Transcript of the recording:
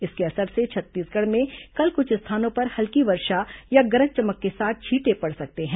इसके असर से छत्तीसगढ़ में कल कुछ स्थानों पर हल्की वर्षा या गरज चमक के साथ छींटे पड़ सकते हैं